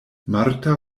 marta